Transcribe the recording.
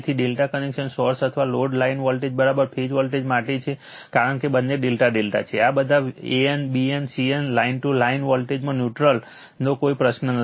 તેથી ∆ connected source અથવા load line voltage phase voltage માટે છે કારણ કે બંને ∆∆ છે આ બધા an bn cn line to લાઇનમાં ત્યાં ન્યુટ્રલ નો કોઈ પ્રશ્ન નથી